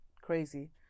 crazy